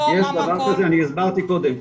אני הסברתי קודם,